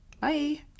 Bye